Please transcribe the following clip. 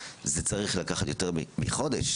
זה לא צריך לקחת יותר מחודש,